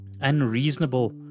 unreasonable